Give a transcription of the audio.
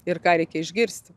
ir ką reikia išgirsti